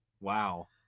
Wow